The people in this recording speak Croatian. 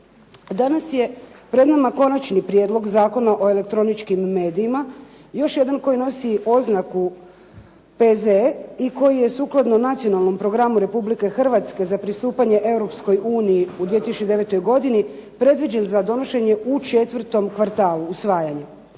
Danas je pred nama Konačni prijedlog zakona o elektroničkim medijima još jedan koji nosi oznaku P.Z. i koji je sukladno nacionalnom programu Republike Hrvatske za pristupanje Europskoj uniji u 2009. godini predviđen za donošenje u četvrtom kvartalu usvajanja.